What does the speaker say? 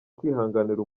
kwihanganira